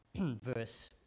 verse